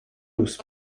لوس